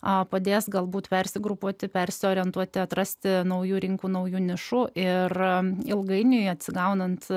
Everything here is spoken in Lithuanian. o padės galbūt persigrupuoti persiorientuoti atrasti naujų rinkų naujų nišų ir ilgainiui atsigaunant